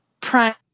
prime